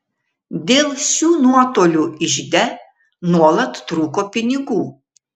dėl šių nuotolių ižde nuolat trūko pinigų